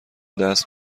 دست